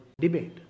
debate